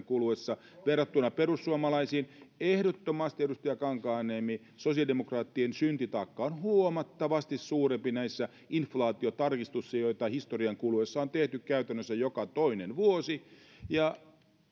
kuluessa verrattuna perussuomalaisiin ehdottomasti edustaja kankaanniemi sosiaalidemokraattien syntitaakka on huomattavasti suurempi näissä inflaatiotarkistuksissa joita historian kuluessa on tehty käytännössä joka toinen vuosi ja